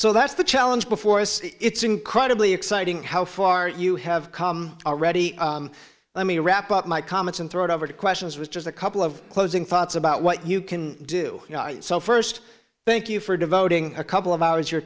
so that's the challenge before us it's incredibly exciting how far you have come already let me wrap up my comments and throw it over to questions was just a couple of closing thoughts about what you can do first thank you for devoting a couple of hours your